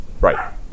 right